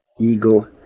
Eagle